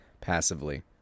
passively